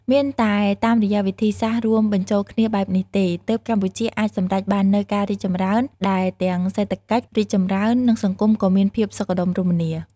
មានតែតាមរយៈវិធីសាស្រ្តរួមបញ្ចូលគ្នាបែបនេះទេ ទើបកម្ពុជាអាចសម្រេចបាននូវការរីកចម្រើនដែលទាំងសេដ្ឋកិច្ចរីកចម្រើន និងសង្គមក៏មានភាពសុខដុមរមនា។